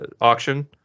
auction